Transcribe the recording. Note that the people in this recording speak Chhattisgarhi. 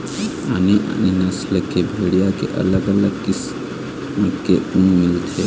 आने आने नसल के भेड़िया के अलग अलग किसम के ऊन मिलथे